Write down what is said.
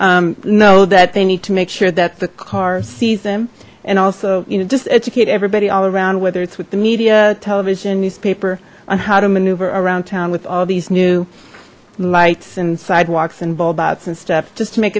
know that they need to make sure that the car sees them and also you know just educate everybody all around whether it with the media television newspaper on how to maneuver around town with all these new lights and sidewalks and bull bots and stuff just to make